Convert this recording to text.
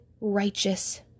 righteous